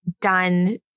done